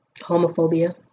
homophobia